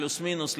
פלוס מינוס,